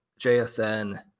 JSN